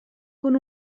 con